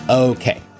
Okay